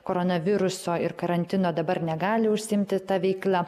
koronaviruso ir karantino dabar negali užsiimti ta veikla